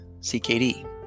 CKD